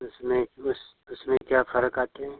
तो उसमें उस उसमें क्या फर्क आते हैं